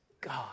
God